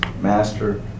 Master